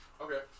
Okay